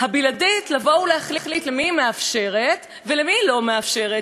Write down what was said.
הבלעדית להחליט למי היא מאפשרת ולמי היא לא מאפשרת,